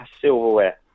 silverware